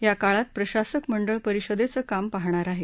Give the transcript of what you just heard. या काळात प्रशासक मंडळ परिषदेचं काम पाहणार आहे